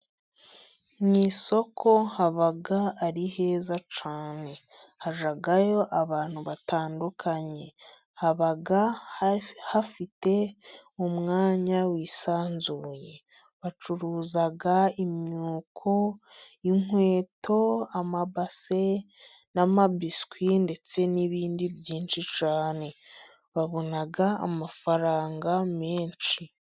Mu isoko haba ari heza cyane. Hajyayo abantu batandukanye. Haba hafite umwanya wisanzuye, bacuruza imyuko, inkweto, amabase n'amabiswi ndetse n'ibindi byinshi cyane. Babona amafaranga menshi.